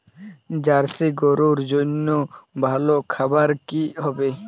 Jersey গরুর জন্য ভালো খাবার কি হবে?